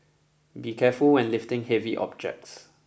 be careful when lifting heavy objects